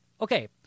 Okay